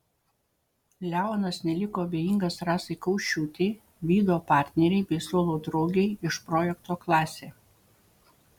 leonas neliko abejingas rasai kaušiūtei vido partnerei bei suolo draugei iš projekto klasė